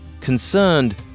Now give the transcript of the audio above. Concerned